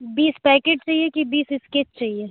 बीस पैकेट चाहिए कि बीस इस्केच चाहिए